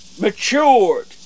matured